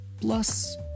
plus